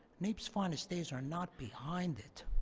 naep's finest days are not behind it.